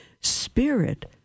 Spirit